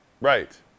Right